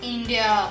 India